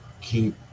keep